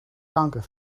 kanker